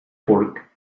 for